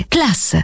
Class